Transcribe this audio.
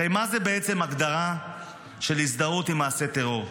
הרי מה זה בעצם הגדרה של הזדהות עם מעשה טרור?